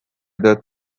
that